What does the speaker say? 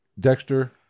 Dexter